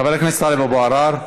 חבר הכנסת טלב אבו עראר,